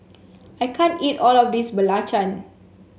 I can't eat all of this Belacan